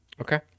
Okay